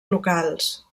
locals